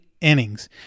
innings